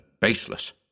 baseless